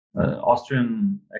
Austrian